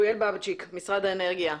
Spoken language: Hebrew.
אוריאל בבצ'יק, משרד האנרגיה,